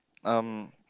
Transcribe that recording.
um